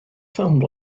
filmed